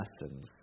lessons